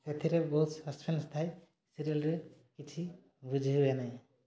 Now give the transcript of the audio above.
ସେଥିରେ ବହୁତ ସସ୍ପେନ୍ସ ଥାଏ ସିରିଏଲ୍ରେ କିଛି ବୁଝି ହୁଏ ନାହିଁ